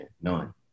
None